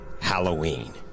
Halloween